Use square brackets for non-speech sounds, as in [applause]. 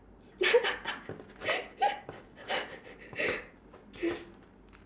[laughs]